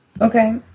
Okay